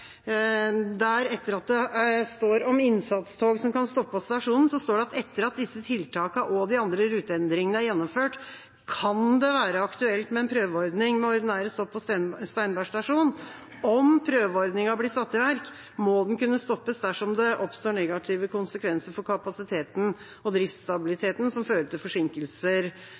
Der, etter at det står om innsatstog som kan stoppe på stasjonen, står det at etter at disse tiltakene og de andre ruteendringene er gjennomført, kan det være aktuelt med en prøveordning med ordinære stopp på Steinberg stasjon. Om prøveordninga blir satt i verk, må den kunne stoppes dersom det oppstår negative konsekvenser på kapasiteten og driftsstabiliteten som fører til forsinkelser